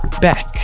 back